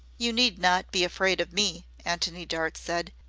you need not be afraid of me, antony dart said.